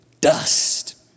Dust